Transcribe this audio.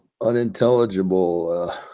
unintelligible